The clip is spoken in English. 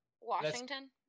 Washington